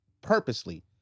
purposely